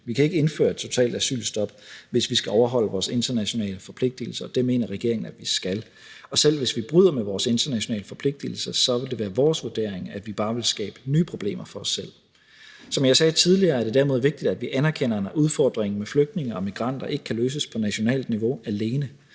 Vi kan ikke indføre et totalt asylstop, hvis vi skal overholde vores internationale forpligtigelser, og det mener regeringen at vi skal. Og selv hvis vi bryder med vores internationale forpligtigelser, vil det være vores vurdering, at vi bare vil skabe nye problemer for os selv. Som jeg sagde tidligere, er det derimod vigtigt, at vi anerkender, at udfordringen med flygtninge og migranter ikke kan løses på nationalt niveau alene.